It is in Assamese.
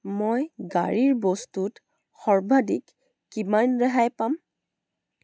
মই গাড়ীৰ বস্তুত সৰ্বাধিক কিমান ৰেহাই পাম